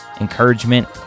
encouragement